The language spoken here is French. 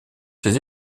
ses